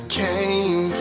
came